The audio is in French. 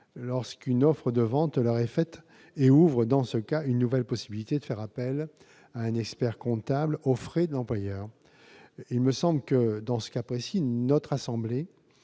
lorsqu'une offre de vente leur est faite et ouvre, dans ce cas, une nouvelle possibilité de faire appel à un expert-comptable aux frais de l'employeur. Il me semble que, dans ce cas précis, notre assemblée